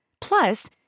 Plus